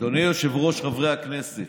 אדוני היושב-ראש, חברי הכנסת,